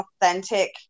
authentic